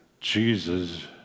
Jesus